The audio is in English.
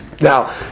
Now